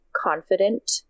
confident